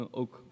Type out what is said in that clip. ook